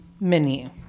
menu